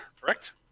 Correct